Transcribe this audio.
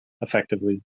effectively